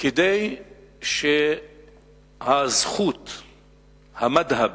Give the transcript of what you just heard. כדי שהזכות המד'הבית,